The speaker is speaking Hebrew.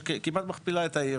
שכמעט מכפילה את העיר.